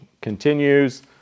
continues